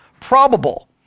probable